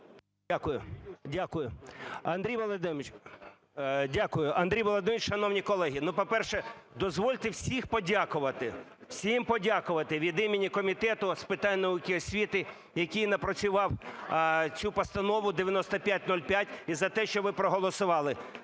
Дякую. Андрій Володимирович, шановні колеги, ну, по-перше, дозвольте всіх подякувати, всім подякувати від імені Комітету з питань науки і освіти, який напрацював цю Постанову 9505, і за те, що ви проголосували.